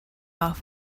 off